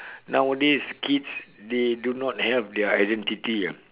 nowadays kids they do not have their identity